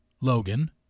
Logan